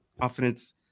Confidence